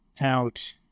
out